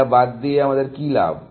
এটা বাদ দিয়ে আমাদের কি লাভ